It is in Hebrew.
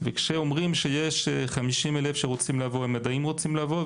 וכשאומרים שיש 50,000 שרוצים לבוא הם עדיין רוצים לבוא,